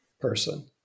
person